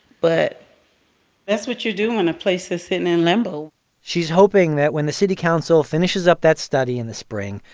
but that's what you do when a place is sitting in limbo she's hoping that when the city council finishes up that study in the spring,